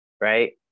right